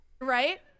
right